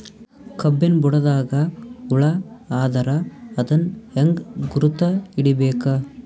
ಕಬ್ಬಿನ್ ಬುಡದಾಗ ಹುಳ ಆದರ ಅದನ್ ಹೆಂಗ್ ಗುರುತ ಹಿಡಿಬೇಕ?